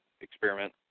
experiment